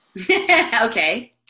Okay